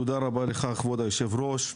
תודה רבה לך כבוד יושב הראש.